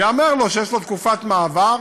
ייאמר לו שיש לו תקופת מעבר,